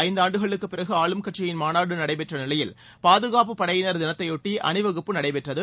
ஐந்தான்டுகளுக்கு பிறகு ஆளும் கட்சியின் மாநாடு நடைபெற்ற நிலையில் பாதுகாப்பு படையினர் தினத்தையொட்டி அணிவகுப்பு நடைபெற்றது